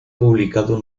publicado